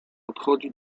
podchodzi